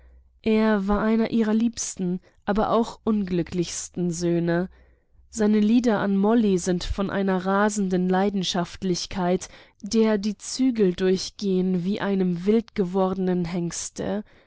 er war ihr einer ihrer liebsten aber auch unglücklichsten söhne seine lieder an molly sind von einer rasenden leidenschaftlichkeit der die zügel durchgehen wie einem wildgewordenen hengste